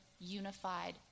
unified